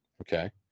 Okay